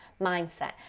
mindset